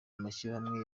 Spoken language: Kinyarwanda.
amashyirahamwe